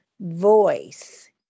voice